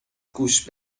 گوش